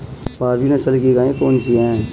भारवाही नस्ल की गायें कौन सी हैं?